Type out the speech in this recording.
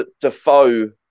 Defoe